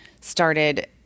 started